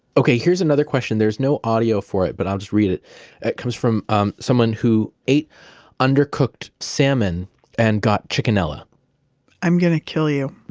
okay. here's another question. there's no audio for it but i'll just read it. it comes from um someone who ate undercooked salmon and got chickenella i'm going to kill you.